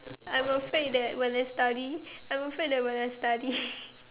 I'm afraid that when I study I'm afraid that when I study